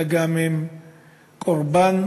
אלא הם גם קורבן,